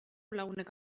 lagunek